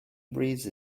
breeze